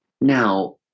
Now